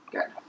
Good